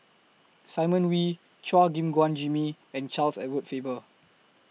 Simon Wee Chua Gim Guan Jimmy and Charles Edward Faber